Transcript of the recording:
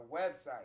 website